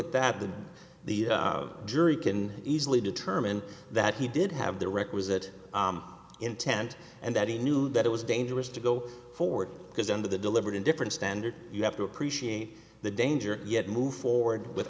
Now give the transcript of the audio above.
at that the the jury can easily determine that he did have the requisite intent and that he knew that it was dangerous to go forward because under the deliberate indifference standard you have to appreciate the danger yet move forward with